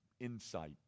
insight